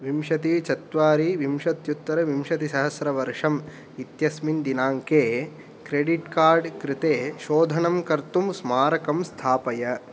विंशतिः चत्वारि विंशत्युत्तरविंशतिसहस्रवर्षम् इत्यस्मिन् दिनाङ्के क्रेडिट् कार्ड् कृते शोधनं कर्तुं स्मारकं स्थापय